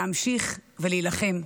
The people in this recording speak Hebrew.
להמשיך ולהילחם.